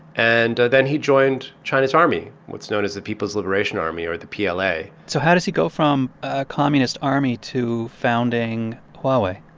and then he joined china's army what's known as the people's liberation army, or the pla so how does he go from a communist army to founding huawei?